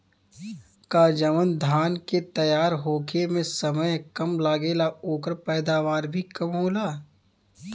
का जवन धान के तैयार होखे में समय कम लागेला ओकर पैदवार भी कम होला?